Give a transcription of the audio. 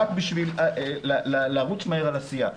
רק בשביל לרוץ מהר על העשייה,